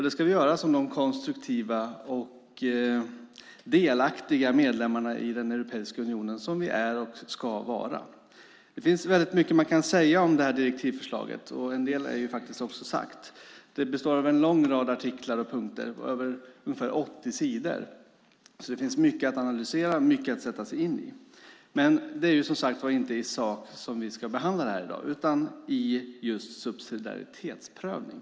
Det ska vi göra som de konstruktiva och delaktiga medlemmar i Europeiska unionen som vi är och ska vara. Det finns väldigt mycket man kan säga om direktivförslaget, och en del är också sagt. Det består av en lång rad artiklar och punkter över ungefär 80 sidor. Det finns mycket att analysera och sätta sig in i. Men det är inte i sak som vi ska behandla det i dag, utan vi ska göra en subsidiaritetsprövning.